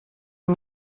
you